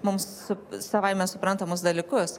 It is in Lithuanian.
mums savaime suprantamus dalykus